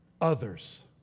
others